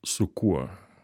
su kuo